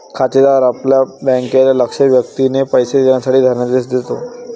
खातेदार आपल्या बँकेला लक्ष्य व्यक्तीला पैसे देण्यासाठी धनादेश देतो